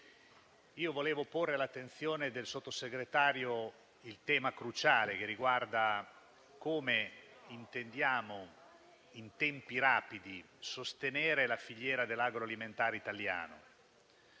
Volevo porre all'attenzione del Sottosegretario il tema cruciale che riguarda come intendiamo in tempi rapidi sostenere la filiera dell'agroalimentare italiano,